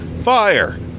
fire